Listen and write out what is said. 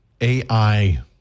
AI